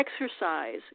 Exercise